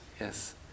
Yes